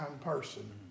person